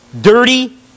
dirty